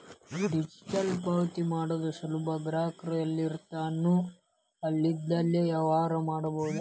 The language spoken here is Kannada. ಡಿಜಿಟಲ್ ಪಾವತಿ ಮಾಡೋದು ಸುಲಭ ಗ್ರಾಹಕ ಎಲ್ಲಿರ್ತಾನೋ ಅಲ್ಲಿಂದ್ಲೇ ವ್ಯವಹಾರ ಮಾಡಬೋದು